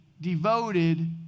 devoted